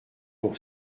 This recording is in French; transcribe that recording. pour